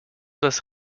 das